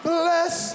bless